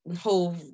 whole